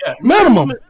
Minimum